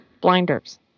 blinders